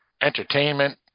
entertainment